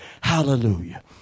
Hallelujah